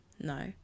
no